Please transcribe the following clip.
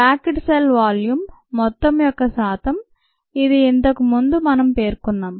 packed cell volume మొత్తం యొక్క శాతం ఇది ఇంతకు ముందు మనం పేర్కొన్నాం